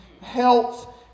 health